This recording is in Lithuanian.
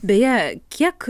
beje kiek